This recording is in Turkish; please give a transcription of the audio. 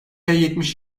yetmiş